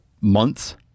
months